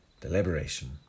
Deliberation